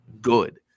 good